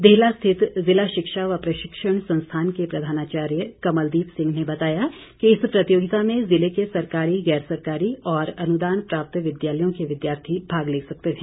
देहलां स्थित ज़िला शिक्षा व प्रशिक्षण संस्थान के प्रधानाचार्य कमलदीप सिंह ने बताया कि इस प्रतियोगिता में जिले के सरकारी गैर सरकारी और अनुदान प्राप्त विद्यालयों के विद्यार्थी भाग ले सकते हैं